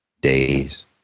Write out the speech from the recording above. days